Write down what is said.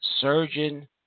Surgeon